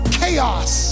chaos